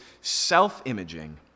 self-imaging